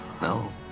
No